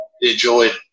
enjoyed